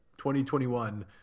2021